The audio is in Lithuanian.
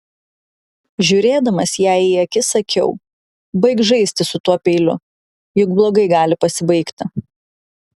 žiūrėdamas jai į akis sakiau baik žaisti su tuo peiliu juk blogai gali pasibaigti